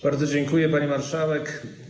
Bardzo dziękuję, pani marszałek.